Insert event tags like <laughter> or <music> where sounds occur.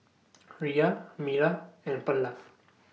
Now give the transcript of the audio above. Rhea Mira and Perla <noise>